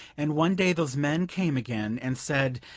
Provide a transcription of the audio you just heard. and one day those men came again, and said,